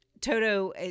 toto